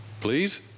Please